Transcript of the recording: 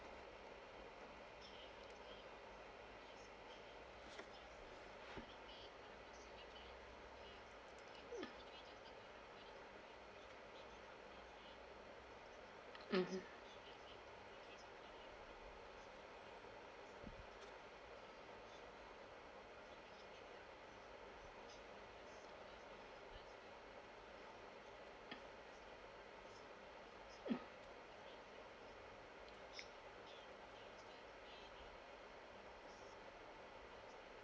mmhmm uh